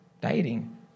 dieting